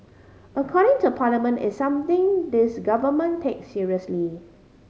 accounting to Parliament is something this Government takes seriously